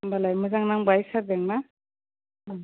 होमब्लालाय मोजां नांबाय सारजों ना